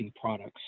products